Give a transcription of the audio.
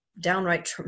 downright